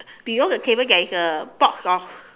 below the table there is a box of